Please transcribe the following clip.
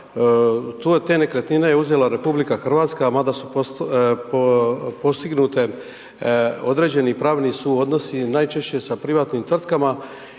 tu je te nekretnine uzela RH, ma da su postignute određeni pravni suodnosi, najčešće sa privatnim tvrtkama